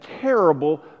terrible